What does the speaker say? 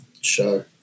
show